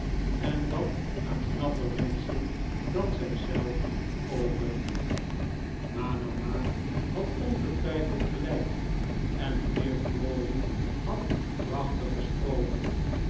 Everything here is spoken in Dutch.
en dat aan knapper menschen dan zijzelf overliet maar mama had ongetwijfeld gelijk en de heer crawley had prachtig gesproken